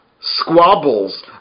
squabbles